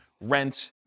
rent